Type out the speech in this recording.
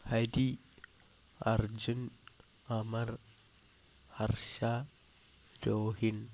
Hari Arjun Amar Harsha Rohin